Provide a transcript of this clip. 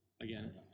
again